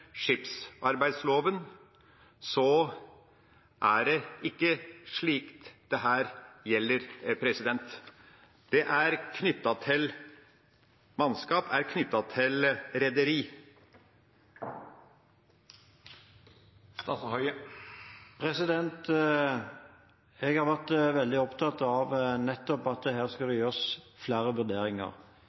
skipsarbeidsloven er det ikke slik dette gjelder. Mannskap er knyttet til rederi. Jeg har vært veldig opptatt av at her skal det gjøres flere vurderinger.